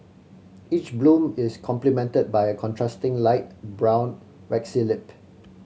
each bloom is complemented by a contrasting light brown waxy lip